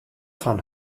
fan